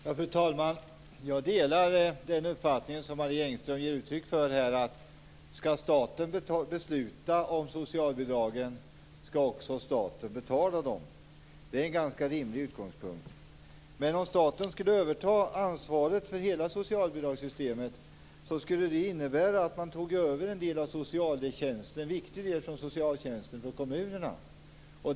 Fru talman! Jag delar den uppfattning som Marie Engström här ger uttryck för. Om staten skall besluta om socialbidragen skall staten också betala dem. Det är en ganska rimlig utgångspunkt. Men om staten övertog ansvaret för hela socialbidragssystemet skulle det innebära att en viktig del av socialtjänsten togs över från kommunerna.